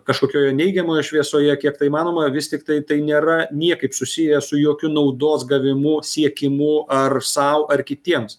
kažkokioje neigiamoje šviesoje kiek tai įmanoma vis tiktai tai nėra niekaip susiję su jokiu naudos gavimu siekimu ar sau ar kitiems